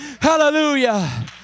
hallelujah